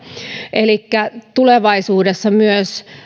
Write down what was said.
elikkä tulevaisuudessa myös